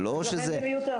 אבל לא שזה --- לכן זה מיותר.